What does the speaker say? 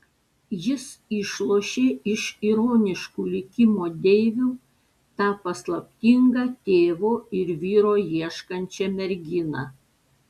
jis išlošė iš ironiškų likimo deivių tą paslaptingą tėvo ir vyro ieškančią merginą